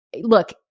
look